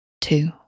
two